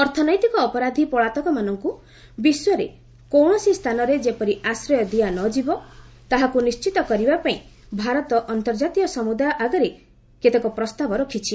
ଅର୍ଥନୈତିକ ଅପରାଧୀ ପଳାତକମାନଙ୍କ ବିଶ୍ୱରେ କୌଣସି ସ୍ଥାନରେ ଯେପରି ଆଶ୍ରୟ ଦିଆ ନ ଯିବ ତାହାକୁ ନିର୍ଣ୍ଣିତ କରିବା ପାଇଁ ଭାରତ ଅର୍ନ୍ତଜାତୀୟ ସମୁଦାୟ ଆଗରେ କେତେକ ପ୍ରସ୍ତାବ ରଖିଛି